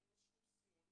שאין לו שום סימון,